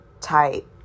type